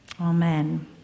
amen